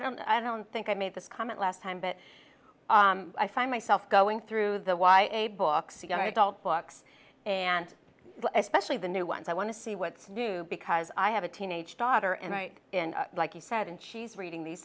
don't i don't think i made this comment last time but i find myself going through the why a books again i adult books and especially the new ones i want to see what's new because i have a teenage daughter and i like you said and she's reading these